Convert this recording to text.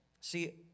See